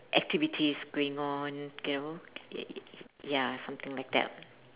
activities going on you know ya something like that